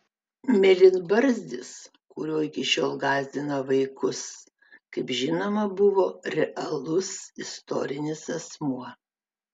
mėlynbarzdis kuriuo iki šiol gąsdina vaikus kaip žinoma buvo realus istorinis asmuo